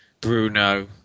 Bruno